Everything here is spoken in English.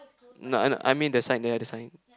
no no I mean the sign ya the sign